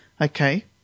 Okay